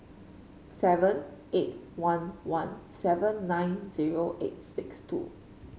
seven eight one one seven nine zero eight six two